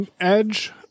Edge